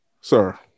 sir